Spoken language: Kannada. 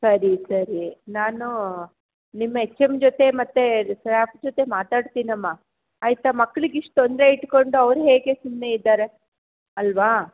ಸರಿ ಸರಿ ನಾನು ನಿಮ್ಮ ಹೆಚ್ ಎಮ್ ಜೊತೆ ಮತ್ತು ಸ್ಟಾಫ್ ಜೊತೆ ಮಾತಾಡ್ತೀನಮ್ಮ ಆಯಿತಾ ಮಕ್ಳಿಗೆ ಇಷ್ಟು ತೊಂದರೆ ಇಟ್ಟುಕೊಂಡು ಅವ್ರು ಹೇಗೆ ಸುಮ್ಮನೆ ಇದ್ದಾರೆ ಅಲ್ಲವಾ